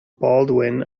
baldwin